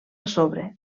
sobre